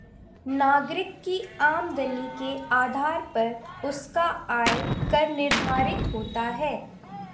नागरिक की आमदनी के आधार पर उसका आय कर निर्धारित होता है